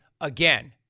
again